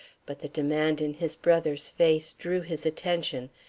but the demand in his brother's face drew his attention,